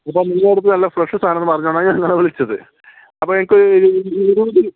ഇപ്പോൾ നിങ്ങളുടെ അടുത്ത് നല്ല ഫ്രഷ് സാധനന്ന് അറിഞ്ഞത് കൊണ്ടാണ് നിങ്ങളെ വിളിച്ചത് അപ്പോൾ എനിക്കൊരു